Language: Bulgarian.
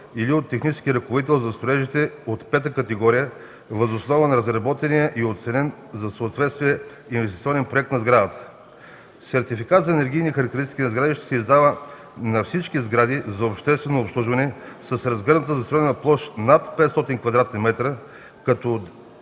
Сертификат за енергийни характеристики на сгради ще се издава за всички сгради за обществено обслужване с разгъната застроена площ над 500 м2,